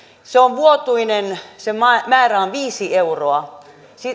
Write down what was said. se on vuotuinen sen määrä on viisi euroa